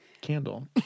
Candle